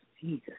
Jesus